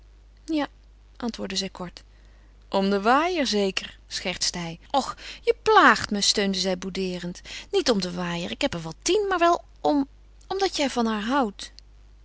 ja antwoordde zij kort om den waaier zeker schertste hij och je plaagt me steunde zij boudeerend niet om den waaier ik heb er wel tien maar wel om omdat jij van haar houdt